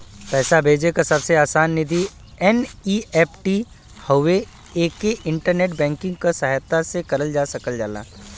पैसा भेजे क सबसे आसान विधि एन.ई.एफ.टी हउवे एके इंटरनेट बैंकिंग क सहायता से करल जा सकल जाला